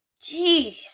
jeez